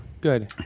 good